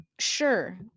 Sure